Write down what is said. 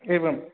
एवं